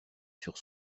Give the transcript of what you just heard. sur